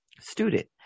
student